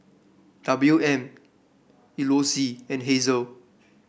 W M Elouise and Hazel